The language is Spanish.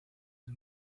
del